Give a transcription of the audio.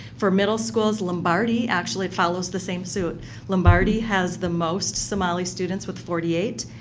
for middle schools, lombardi actually follows the same so lombardi has the most somali students with forty eight,